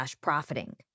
profiting